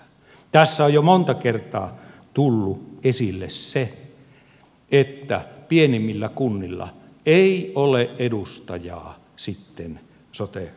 tässä on jo monta kertaa tullut esille se että pienimmillä kunnilla ei ole edustajaa sitten sote alueilla